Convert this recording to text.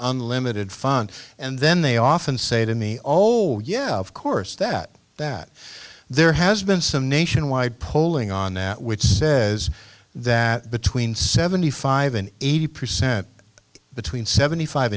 unlimited funds and then they often say to me old yeah of course that that there has been some nationwide polling on that which says that between seventy five and eighty percent between seventy five